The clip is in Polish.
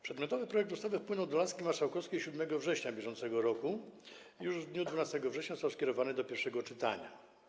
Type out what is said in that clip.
Przedmiotowy projekt ustawy wpłynął do laski marszałkowskiej 7 września br. i już w dniu 12 września został skierowany do pierwszego czytania.